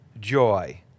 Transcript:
joy